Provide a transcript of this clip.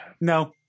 no